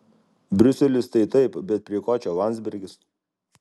briuselis tai taip bet prie ko čia landsbergis